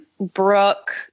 Brooke